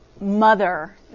mother